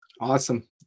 Awesome